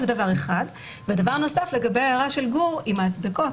לגבי ההערה של גור עם ההצדקות.